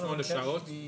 שעות.